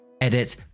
Edit